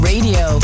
Radio